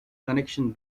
connection